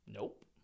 Nope